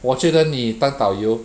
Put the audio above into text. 我觉得你当导游